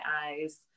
eyes